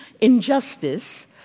injustice